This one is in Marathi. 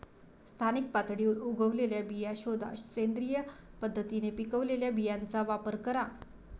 स्थानिक पातळीवर उगवलेल्या बिया शोधा, सेंद्रिय पद्धतीने पिकवलेल्या बियांचा वापर करा